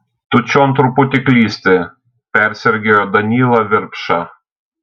tu čion truputį klysti persergėjo danylą virpša